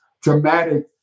dramatic